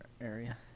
area